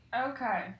Okay